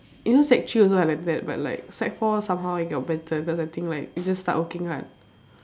you know sec three also I like that but like sec four somehow I got better cause I think like you just start working hard